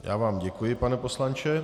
Já vám děkuji, pane poslanče.